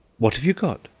what have you got?